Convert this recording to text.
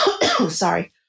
Sorry